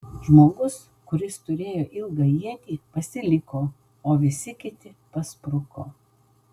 žmogus kuris turėjo ilgą ietį pasiliko o visi kiti paspruko